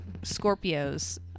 Scorpios